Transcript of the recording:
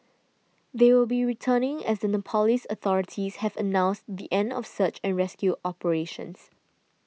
they will be returning as the Nepalese authorities have announced the end of search and rescue operations